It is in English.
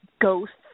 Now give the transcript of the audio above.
ghosts